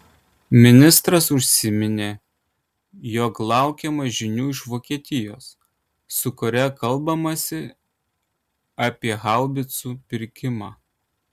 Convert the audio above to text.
ministras užsiminė jog laukiama žinių iš vokietijos su kuria kalbamasi apie haubicų pirkimą